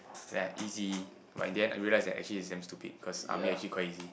they are easy but in the end I realise that actually it's damn stupid cause army actually quite easy